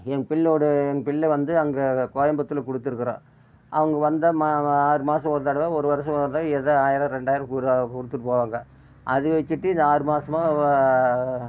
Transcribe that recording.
என் பிள்ளோடு என் பிள்ளை வந்து அங்கே கோயம்புத்தூர்ல கொடுத்துருக்குறோம் அங்கே வந்தால் ஆறு மாதம் ஒரு தடவை ஒரு வருஷம் ஒரு தடவை ஏதோ ஆயிரம் ரெண்டாயிரம் கொடுத்துட்டு போவாங்க அது வெச்சுட்டு இது ஆறு மாதமா